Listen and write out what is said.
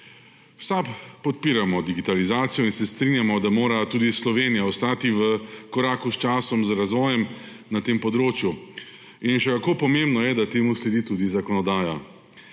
V SAB podpiramo digitalizacijo in se strinjamo, da mora tudi Slovenija ostati v koraku s časom, z razvojem na tem področju, in še kako pomembno je, da temu sledi tudi zakonodaja.